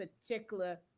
particular